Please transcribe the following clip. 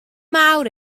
mawr